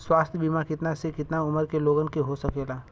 स्वास्थ्य बीमा कितना से कितना उमर के लोगन के हो सकेला?